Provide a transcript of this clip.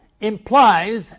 implies